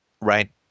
right